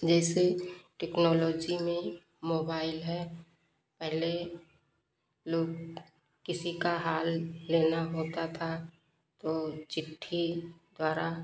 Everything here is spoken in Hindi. जैसे टेक्नोलोजी में मोबाइल है पहले लोग किसी का हाल लेना होता था तो चिट्ठी द्वारा